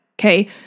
Okay